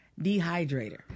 dehydrator